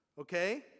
okay